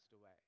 away